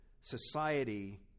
society